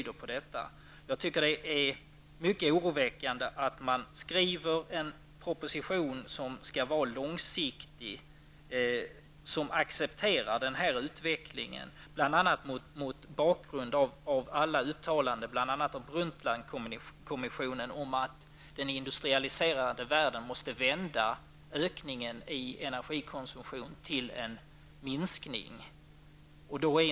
Det är mycket oroväckande att man skriver en proposition med en långsiktig politik, vilken accepterar denna utveckling, bl.a. mot bakgrund av uttalanden av Brundtlandkommissionen om att den industrialiserade världen måste vända ökningen av energikonsumtion till en minskning.